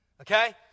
Okay